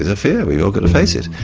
is a fear we've all got to face it.